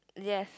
yes